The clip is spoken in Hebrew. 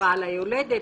הבראה ליולדת,